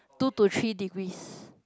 two to three degrees